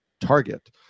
target